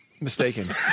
Mistaken